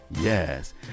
Yes